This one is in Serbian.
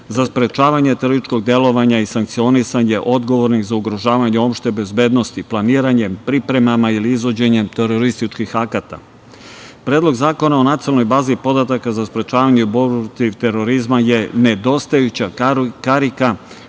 za sprečavanje terorističkog delovanja i sankcionisanje odgovornih za ugrožavanje opšte bezbednosti planiranjem, pripremama ili izvođenjem terorističkih akata. Predlog zakona o nacionalnoj bazi podataka za sprečavanje i borbu protiv terorizma je nedostajuća karika